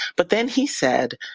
but then he said,